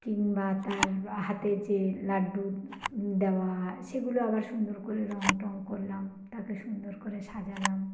কিংবা তার হাতে যে লাড্ডু দেওয়া সেগুলো আবার সুন্দর করে রঙ টঙ করলাম তাকে সুন্দর করে সাজালাম